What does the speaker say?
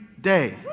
day